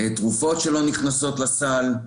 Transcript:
תרופות שלא נכנסות לסל,